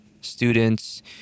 students